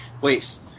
Wait